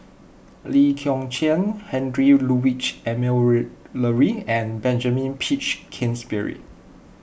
Lee Kong Chian Heinrich Ludwig Emil Luering and Benjamin Peach Keasberry